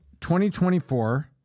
2024